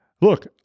look